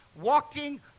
walking